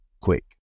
quick